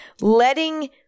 letting